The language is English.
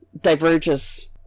diverges